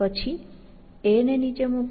પછી A ને નીચે મૂકો